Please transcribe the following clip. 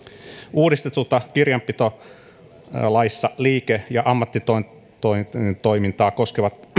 uudistetussa kirjanpitolaissa liike ja ammattitoimintaa koskevat